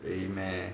really meh